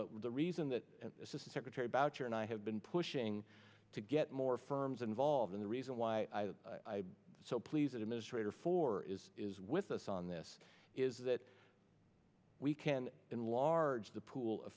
but the reason that this is a secretary boucher and i have been pushing to get more firms involved in the reason why i so please administrator for is is with us on this is that we can enlarge the pool